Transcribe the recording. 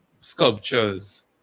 sculptures